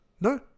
No